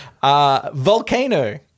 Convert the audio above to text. Volcano